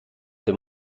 dem